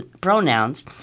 pronouns